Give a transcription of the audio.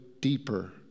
deeper